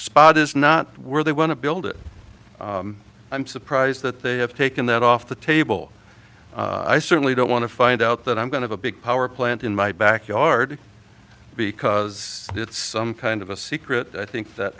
spot is not where they want to build it i'm surprised that they have taken that off the table i certainly don't want to find out that i'm going to a big power plant in my backyard because it's some kind of a secret i think that